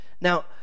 Now